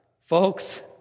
folks